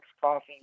coffee